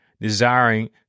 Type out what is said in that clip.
desiring